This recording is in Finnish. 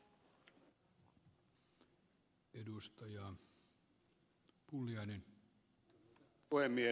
arvoisa puhemies